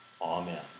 Amen